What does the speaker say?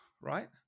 right